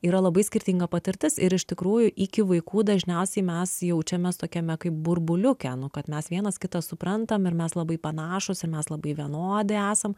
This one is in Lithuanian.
yra labai skirtinga patirtis ir iš tikrųjų iki vaikų dažniausiai mes jaučiamės tokiame kaip burbuliuke nu kad mes vienas kitą suprantam ir mes labai panašūs ir mes labai vienodi esam